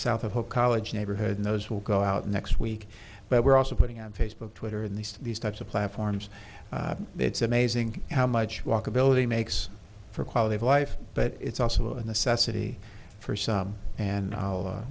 south of the college neighborhood in those will go out next week but we're also putting on facebook twitter and these these types of platforms it's amazing how much walkability makes for quality of life but it's also a necessity for some and i'll